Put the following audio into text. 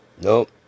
Nope